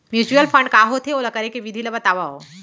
mutual fund का होथे, ओला करे के विधि ला बतावव